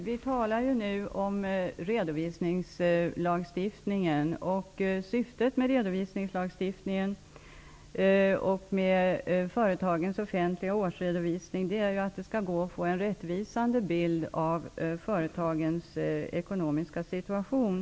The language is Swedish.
Herr talman! Vi talar nu om redovisningslagstiftningen. Syftet med den och med företagens offentliga årsredovisning är att det skall gå att få en rättvisande bild av företagens ekonomiska situation.